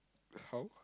how